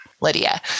Lydia